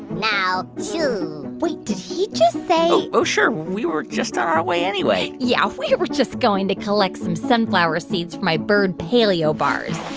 now shoo wait. did he just say. oh, sure. we were just on our way anyway yeah. we were just going to collect some sunflower seeds for my bird paleo bars.